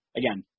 again